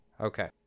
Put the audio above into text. Okay